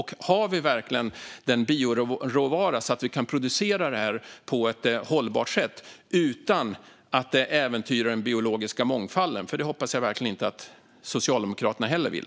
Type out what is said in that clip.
Har vi verkligen bioråvara så att vi kan producera det här på ett hållbart sätt utan att det äventyrar den biologiska mångfalden? Det hoppas jag ju verkligen att inte heller Socialdemokraterna vill.